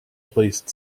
placed